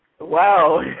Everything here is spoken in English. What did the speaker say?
Wow